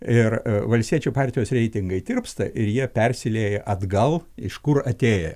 ir valstiečių partijos reitingai tirpsta ir jie persilieja atgal iš kur atėję